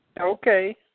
Okay